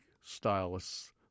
stylists